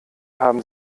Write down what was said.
haben